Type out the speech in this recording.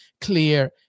Clear